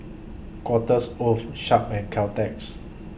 Quarters of Sharp and Caltex